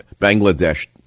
Bangladesh